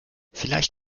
vielleicht